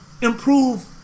improve